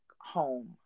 home